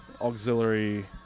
auxiliary